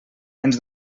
ens